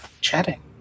Chatting